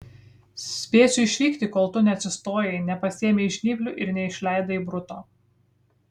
spėsiu išvykti kol tu neatsistojai nepasiėmei žnyplių ir neišleidai bruto